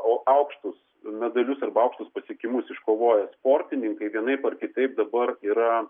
aukštus medalius arba aukštus pasiekimus iškovoję sportininkai vienaip ar kitaip dabar yra